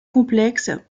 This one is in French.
complexes